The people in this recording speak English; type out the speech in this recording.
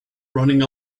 running